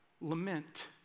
Lament